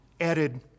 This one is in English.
added